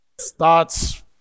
starts